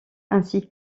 ainsi